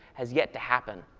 has yet to happen.